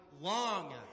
long